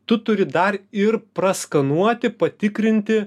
tu turi dar ir praskanuoti patikrinti